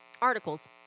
articles